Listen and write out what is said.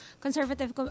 conservative